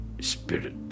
spirit